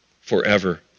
forever